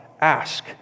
ask